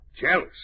Jealous